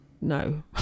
no